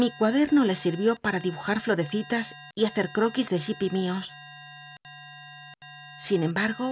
mi cuaderno le sivió pmn dibujal floreci tas y hacer croquis de jip ó mios sin embargo